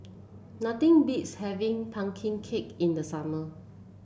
nothing beats having pumpkin cake in the summer